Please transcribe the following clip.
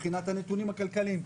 מבחינת הנתונים הכלכליים.